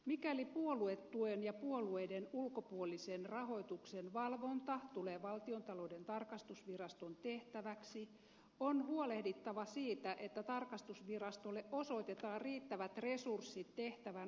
mikäli puoluetuen ja puolueiden ulkopuolisen rahoituksen valvonta tulee valtiontalouden tarkastusviraston tehtäväksi on huolehdittava siitä että tarkastusvirastolle osoitetaan riittävät resurssit tehtävän hoitamiseen